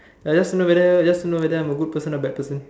ya just to know whether just to know whether I'm a good person or bad person